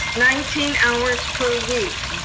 nineteen hours per week.